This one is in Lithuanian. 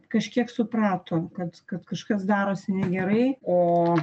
kažkiek suprato kad kad kažkas darosi negerai o